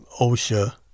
OSHA